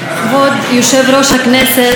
כבוד יושב-ראש הכנסת,